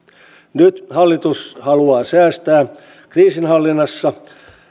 nyt hallitus haluaa säästää kriisinhallinnassa